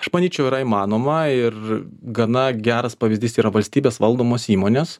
aš manyčiau yra įmanoma ir gana geras pavyzdys yra valstybės valdomos įmonės